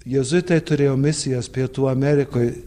jėzuitai turėjo misijas pietų amerikoj